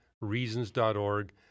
reasons.org